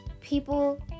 people